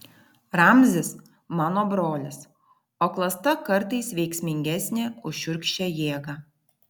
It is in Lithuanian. ramzis mano brolis o klasta kartais veiksmingesnė už šiurkščią jėgą